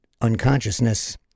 unconsciousness